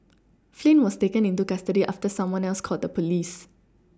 Flynn was taken into custody after someone else called the police